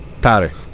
Powder